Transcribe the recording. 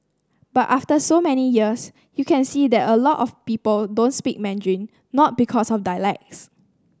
but after so many years you can see that a lot of people don't speak Mandarin not because of dialects